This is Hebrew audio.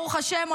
ברוך השם,